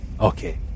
Okay